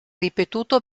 ripetuto